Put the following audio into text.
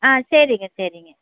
ஆ சரிங்க சரிங்க